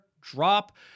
drop